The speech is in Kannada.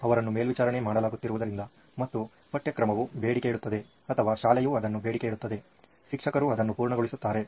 ಅವರನ್ನು ಮೇಲ್ವಿಚಾರಣೆ ಮಾಡಲಾಗುತ್ತಿರುವುದರಿಂದ ಮತ್ತು ಪಠ್ಯಕ್ರಮವು ಬೇಡಿಕೆಯಿಡುತ್ತದೆ ಅಥವಾ ಶಾಲೆಯು ಅದನ್ನು ಬೇಡಿಕೆಯಿಡುತ್ತದೆ ಶಿಕ್ಷಕರು ಅದನ್ನು ಪೂರ್ಣಗೊಳಿಸುತ್ತಾರೆ